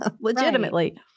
legitimately